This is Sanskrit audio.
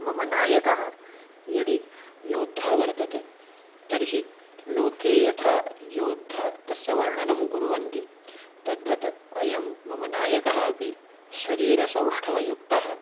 मम नायकः यदि योद्धा वर्तते तर्हि लोके यथा योद्धा तस्य वर्णनं कुर्वन्ति तद्वत् अयं मम नायकः अपि शरीरसौष्ठवयुक्तः